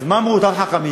אז מה אמרו אותם חכמים?